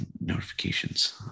notifications